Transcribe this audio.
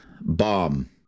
bomb